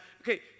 Okay